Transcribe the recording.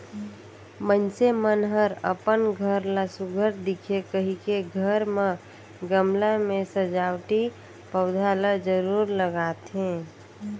मइनसे मन हर अपन घर ला सुग्घर दिखे कहिके घर म गमला में सजावटी पउधा ल जरूर लगाथे